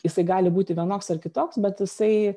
jisai gali būti vienoks ar kitoks bet jisai